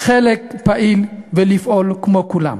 חלק פעיל ולפעול כמו כולם.